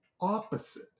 opposite